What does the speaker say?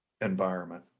environment